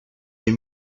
des